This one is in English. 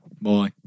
Bye